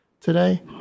today